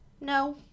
No